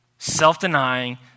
self-denying